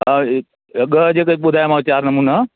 हा ॻह जेके ॿुधायामांव चार नमूना